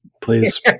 please